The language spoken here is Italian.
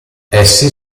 essi